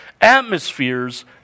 atmospheres